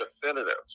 definitive